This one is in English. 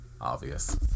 obvious